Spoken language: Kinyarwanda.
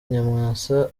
nyamwasa